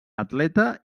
atleta